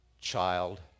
child